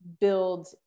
build